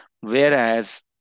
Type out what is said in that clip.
Whereas